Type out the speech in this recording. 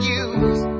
use